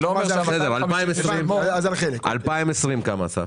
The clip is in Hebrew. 2020 כמה, אסף?